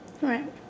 Right